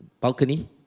Balcony